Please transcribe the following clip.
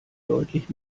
deutlich